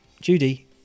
Judy